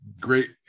great